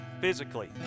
physically